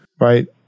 Right